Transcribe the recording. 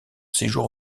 séjour